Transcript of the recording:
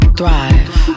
thrive